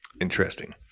Interesting